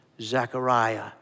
Zechariah